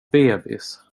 bebis